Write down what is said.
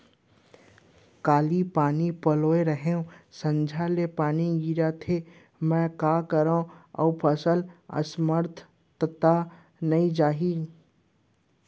काली पानी पलोय रहेंव, संझा ले पानी गिरत हे, मैं का करंव अऊ फसल असमर्थ त नई जाही?